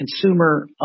consumer